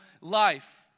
life